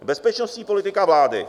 Bezpečnostní politika vlády.